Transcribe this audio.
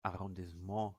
arrondissement